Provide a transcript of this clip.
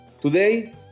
Today